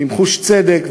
ועם חוש צדק,